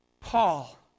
Paul